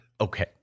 Okay